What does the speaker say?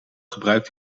gebruikt